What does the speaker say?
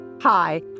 hi